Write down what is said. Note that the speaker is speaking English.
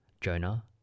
Jonah